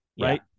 right